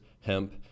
hemp